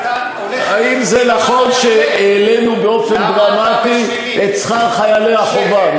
האם זה נכון שהעלינו באופן דרמטי את שכר חיילי החובה?